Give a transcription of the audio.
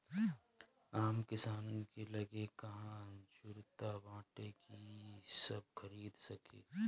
आम किसानन के लगे कहां जुरता बाटे कि इ सब खरीद सके